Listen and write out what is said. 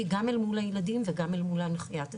גם אל מול הילדים וגם אל מול הנחיית הצוותים.